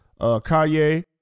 Kanye